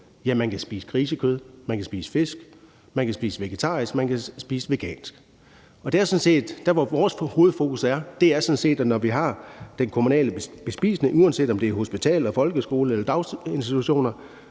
man kan spise grisekød, man kan spise fisk, man kan spise vegetarisk, man kan spise vegansk. Der, hvor vores hovedfokus er, er sådan set, at når vi har den kommunale bespisning, uanset om det er hospitaler, folkeskoler eller daginstitutioner,